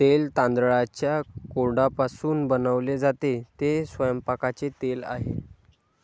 तेल तांदळाच्या कोंडापासून बनवले जाते, ते स्वयंपाकाचे तेल आहे